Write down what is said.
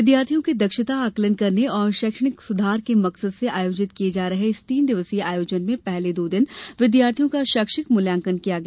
विद्यार्थियों के दक्षता आंकलन करने और शैक्षिणक सुधार के मकसद से आयोजित किये जा रहे इस तीन दिवसीय आयोजन में पहले दो दिन विद्यार्थियों का शैक्षिक मूल्यांकन किया गया